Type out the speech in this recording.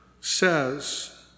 says